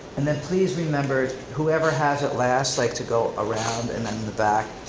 and then please remember whoever has it last, like to go around and then the back.